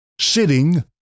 sitting